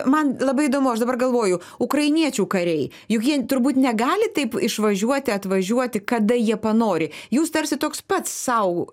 man labai įdomu aš dabar galvoju ukrainiečių kariai juk jie turbūt negali taip išvažiuoti atvažiuoti kada jie panori jūs tarsi toks pats sau